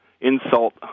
insult